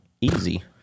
Easy